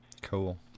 Cool